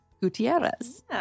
Gutierrez